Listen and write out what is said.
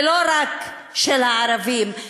ולא רק של הערבים,